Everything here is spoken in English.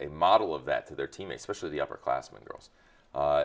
a model of that to their team especially the upper classmen girls